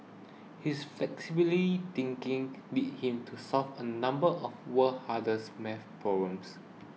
his flexibly thinking led him to solve a number of world's hardest math problems